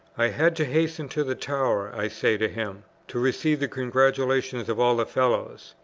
i had to hasten to the tower, i say to him, to receive the congratulations of all the fellows.